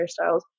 hairstyles